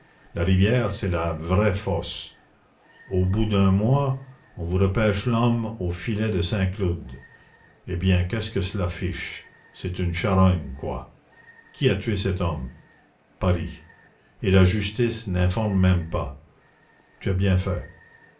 la rivière c'est la vraie fosse au bout d'un mois on vous repêche l'homme aux filets de saint-cloud eh bien qu'est-ce que cela fiche c'est une charogne quoi qui a tué cet homme paris et la justice n'informe même pas tu as bien fait